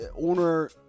owner